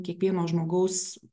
kiekvieno žmogaus